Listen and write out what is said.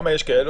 כמה יש כאלה?